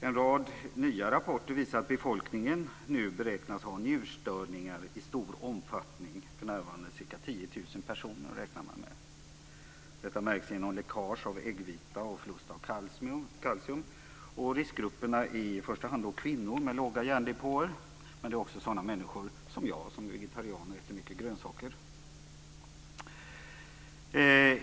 En rad nya rapporter visar att befolkningen nu beräknas ha njurstörningar i stor omfattning. För närvarande räknar man med att det är ca 10 000 personer. Detta märks genom läckage av äggvita och förlust av kalcium. Riskgrupperna är i första hand kvinnor med låga järndepåer. Men det är också sådana människor som jag, som är vegetarianer och äter mycket grönsaker.